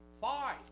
Five